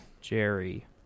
Jerry